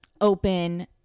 open